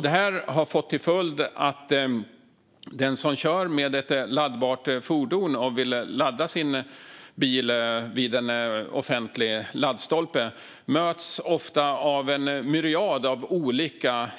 Detta har fått till följd att den som kör ett laddbart fordon och vill ladda det vid en offentlig laddstolpe ofta möts av en myriad av olika